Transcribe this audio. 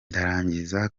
ndarangiza